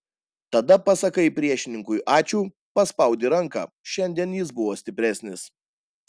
tada pasakai priešininkui ačiū paspaudi ranką šiandien jis buvo stipresnis